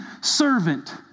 servant